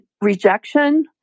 rejection